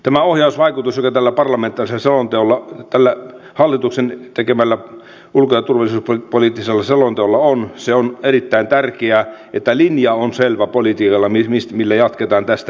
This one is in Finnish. tämä ohjausvaikutus joka tällä hallituksen tekemällä ulko ja turvallisuuspoliittisella selonteolla on on erittäin tärkeä että politiikalla on selvä linja millä jatketaan tästä eteenpäin